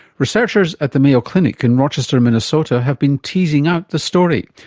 researchers at the mayo clinic in rochester minnesota have been teasing out the story.